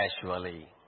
casually